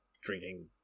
drinking